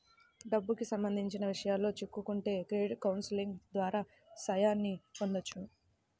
డబ్బుకి సంబంధించిన విషయాల్లో చిక్కుకుంటే క్రెడిట్ కౌన్సిలింగ్ ద్వారా సాయాన్ని పొందొచ్చు